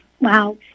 Wow